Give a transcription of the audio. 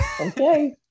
Okay